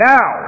Now